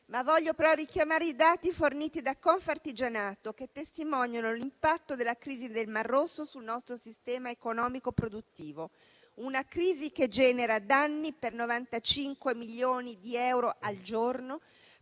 Desidero però richiamare i dati forniti da Confartigianato, che testimoniano l'impatto della crisi del Mar Rosso sul nostro sistema economico e produttivo, una crisi che genera danni per 95 milioni di euro al giorno,